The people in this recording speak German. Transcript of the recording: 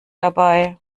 dabei